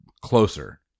Closer